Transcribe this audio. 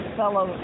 fellow